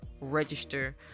register